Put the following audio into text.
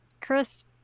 Chris